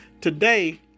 Today